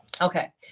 Okay